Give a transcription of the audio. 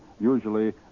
usually